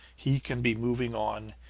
he can be moving on,